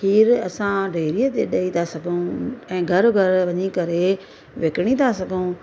खीर असां डेरीअ ते ॾेई था सघूं ऐं घरु घरु वञी करे विकिणी था सघूं